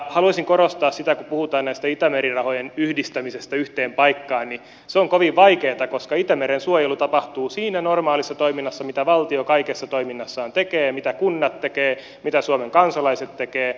haluaisin korostaa sitä kun puhutaan näistä itämeri rahojen yhdistämisestä yhteen paikkaan että se on kovin vaikeata koska itämeren suojelu tapahtuu siinä normaalissa toiminnassa mitä valtio kaikessa toiminnassaan tekee mitä kunnat tekevät mitä suomen kansalaiset tekevät